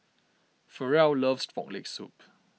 Farrell loves Frog Leg Soup